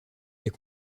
est